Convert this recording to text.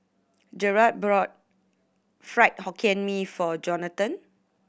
Jaret brought Fried Hokkien Mee for Jonatan